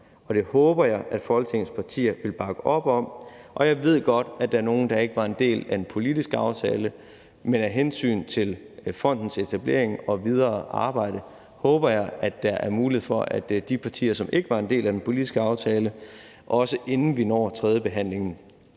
det håber jeg Folketingets partier vil bakke op om. Jeg ved godt, at der er nogle, der ikke var en del af den politiske aftale, men af hensyn til fondens etablering og det videre arbejde håber jeg, at der er mulighed for, at de partier, som ikke var en del af den politiske aftale, også, inden vi når til tredjebehandlingen,